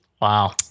Wow